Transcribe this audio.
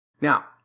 Now